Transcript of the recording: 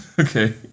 Okay